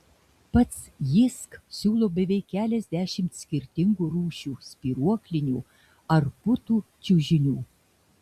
pats jysk siūlo beveik keliasdešimt skirtingų rūšių spyruoklinių ar putų čiužinių